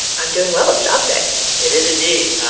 i'm doing well it's jobs day it is indeed.